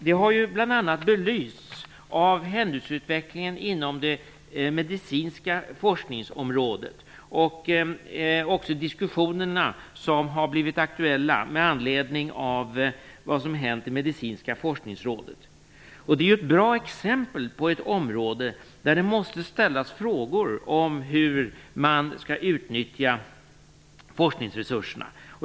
Det har ju bl.a. belysts av händelseutvecklingen inom det medicinska forskningsområdet samt också de diskussioner som aktualiserats med anledning av vad som hänt i Medicinska forskningsrådet. Det är ju ett bra exempel på ett område där det måste ställas frågor om hur man skall utnyttja forskningsresurserna.